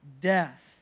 death